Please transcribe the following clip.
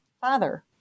father